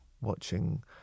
watching